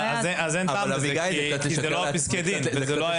אין טעם כי אלה לא פסקי הדין.